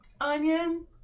onion